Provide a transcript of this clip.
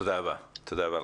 תודה רבה לך.